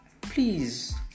Please